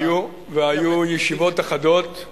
והיו ישיבות אחדות.